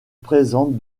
présente